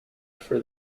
for